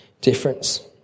difference